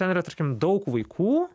ten yra tarkim daug vaikų